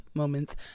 moments